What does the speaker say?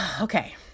Okay